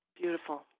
Beautiful